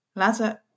laten